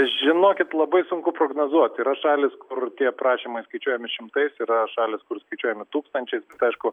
žinokit labai sunku prognozuoti yra šalys kur tie prašymai skaičiuojami šimtais yra šalys kur skaičiuojami tūkstančiais tai aišku